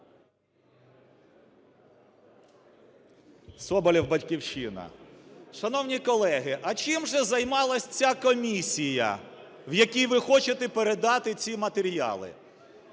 Соболєв, "Батьківщина". Шановні колеги, а чим же займалась ця комісія, в яку ви хочете передати ці матеріали?